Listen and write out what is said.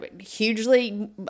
hugely